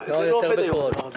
זה לא עובד הדבר הזה,